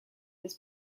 his